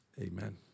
amen